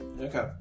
Okay